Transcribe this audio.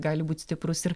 gali būt stiprus ir